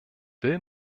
will